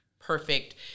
perfect